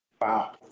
Wow